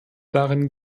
darin